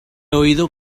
oído